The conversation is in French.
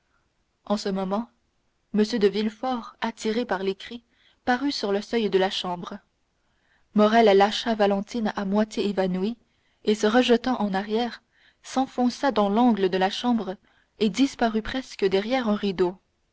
en ce moment m de villefort attiré par les cris parut sur le seuil de la chambre morrel lâcha valentine à moitié évanouie et se rejetant en arrière s'enfonça dans l'angle de la chambre et disparut presque derrière un rideau